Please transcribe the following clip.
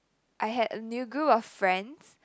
I had a new group of friends